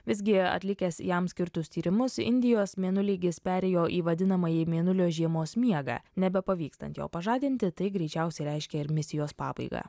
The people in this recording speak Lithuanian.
visgi atlikęs jam skirtus tyrimus indijos mėnuleigis perėjo į vadinamąjį mėnulio žiemos miegą nebepavykstant jo pažadinti tai greičiausiai reiškia ir misijos pabaigą